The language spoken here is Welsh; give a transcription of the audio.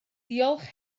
diolch